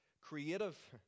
creative